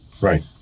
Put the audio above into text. Right